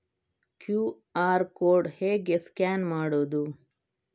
QR code ಹೇಗೆ scan ಮಾಡುವುದು?